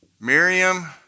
Miriam